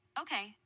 Okay